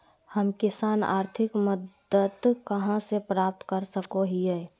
हम किसान आर्थिक मदत कहा से प्राप्त कर सको हियय?